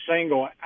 single